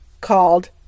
called